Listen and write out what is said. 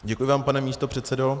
Děkuji vám, pane místopředsedo.